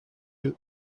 you